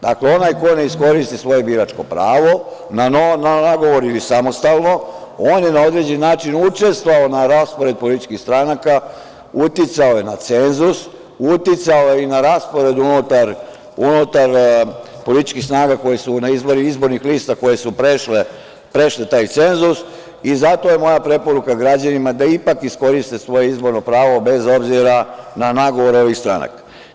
Dakle, onaj ko ne iskoristi svoje biračko pravo, na nagovor ili samostalno, on je na određeni način učestvovao na raspored političkih stranaka, uticao je na cenzus, uticao je i na raspored unutar političkih snaga izbornih lista koje su prešle taj cenzus i zato je moja preporuka građanima da ipak iskoriste svoje pravo, bez obzira na nagovor ovih stranaka.